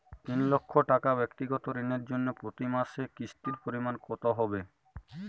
তিন লক্ষ টাকা ব্যাক্তিগত ঋণের জন্য প্রতি মাসে কিস্তির পরিমাণ কত হবে?